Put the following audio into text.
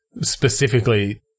specifically-